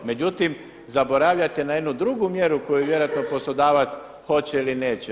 Međutim, zaboravljate na jednu drugu mjeru koju vjerojatno poslodavac hoće ili neće.